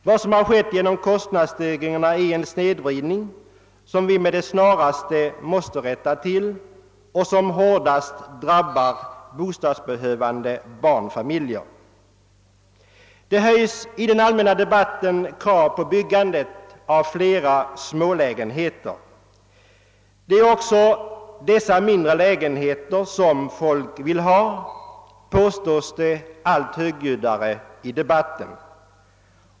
Vad som har skett genom kostnadsstegringen är en snedvridning som vi med det snaraste måste rätta till och som hårdast drabbar bostadsbehövande barnfamiljer. Det höjs i den allmänna bostadsdebatten krav på byggande av flera smålägenheter. Det är dessa mindre lägenheter som folk vill ha, påstås det.